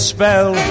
spell